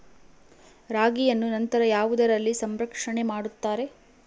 ರಾಗಿಯನ್ನು ನಂತರ ಯಾವುದರಲ್ಲಿ ಸಂರಕ್ಷಣೆ ಮಾಡುತ್ತಾರೆ?